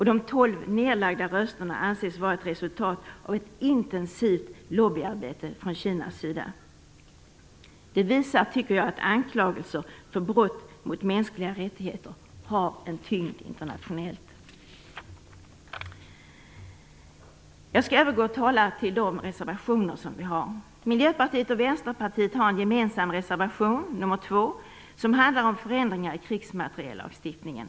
De 12 nedlagda rösterna anses vara ett resultat av ett intensivt lobbyarbete från Kinas sida. Det visar att anklagelser för brott mot mänskliga rättigheter har en tyngd internationellt. Jag skall övergå till att tala om våra reservationer till betänkandet. Miljöpartiet och Vänsterpartiet har en gemensam reservation, nr 2, som handlar om förändringar i krigsmateriellagstiftningen.